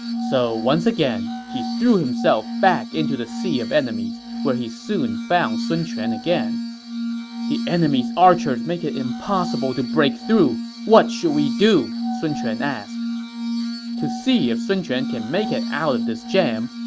so once again, he threw himself back into the sea of enemies, where he soon found sun quan again the enemy's archers make it impossible to breakthrough what should we do! sun quan asked to see if sun quan can make it out of this jam,